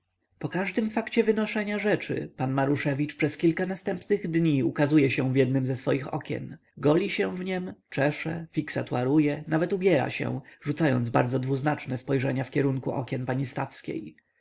po każdym fakcie wynoszenia rzeczy pan maruszewicz przez kilka następnych dni ukazuje się w jednem ze swych okien goli się w niem czesze fiksatuaruje nawet ubiera się rzucając bardzo dwuznaczne spojrzenia w kierunku okien pani stawskiej